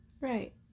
Right